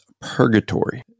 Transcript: purgatory